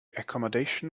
accommodation